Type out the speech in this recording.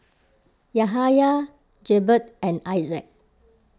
Yahaya Jebat and Aizat